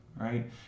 right